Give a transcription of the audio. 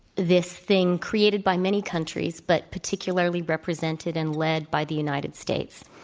this thing created by many countries, but particularly represented and led by the united states.